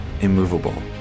immovable